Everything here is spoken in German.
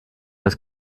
das